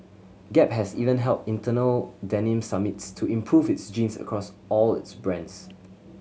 gap has even held internal denim summits to improve its jeans across all its brands